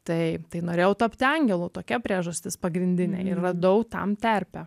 taip tai norėjau tapti angelu tokia priežastis pagrindinė ir radau tam tarpe